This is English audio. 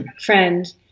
friend